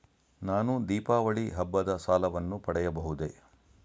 ನಾನು ದೀಪಾವಳಿ ಹಬ್ಬದ ಸಾಲವನ್ನು ಪಡೆಯಬಹುದೇ?